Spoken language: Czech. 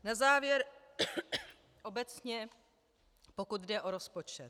Na závěr obecně, pokud jde o rozpočet.